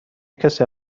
کسی